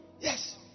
Yes